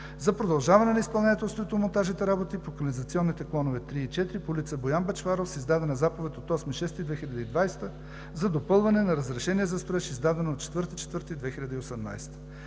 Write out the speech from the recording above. за продължаване изпълнението на строително монтажните работи по канализационните клонове 3 и 4 по улица „Боян Бъчваров“ с издадена Заповед от 8 юни 2020 г. за допълване на разрешение за строеж, издадено на 4